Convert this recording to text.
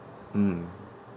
mm